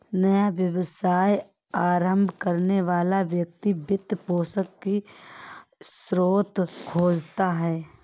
नया व्यवसाय आरंभ करने वाला व्यक्ति वित्त पोषण की स्रोत खोजता है